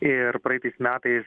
ir praeitais metais